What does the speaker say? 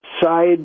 side